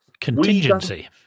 contingency